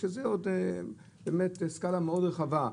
שזה באמת סקאלה מאוד רחבה.